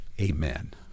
Amen